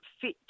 fit